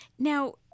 Now